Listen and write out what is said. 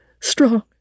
strong